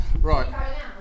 Right